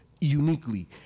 Uniquely